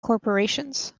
corporations